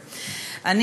סדר-היום: